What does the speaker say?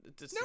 No